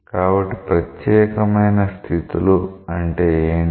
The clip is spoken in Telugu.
కాబట్టి ప్రత్యేకమైన స్థితులు అంటే ఏంటి